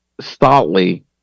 stoutly